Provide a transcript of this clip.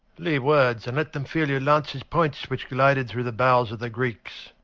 leave words, and let them feel your lances' points, which glided through the bowels of the greeks.